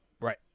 Right